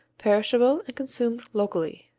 perishable and consumed locally.